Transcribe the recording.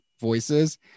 voices